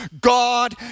God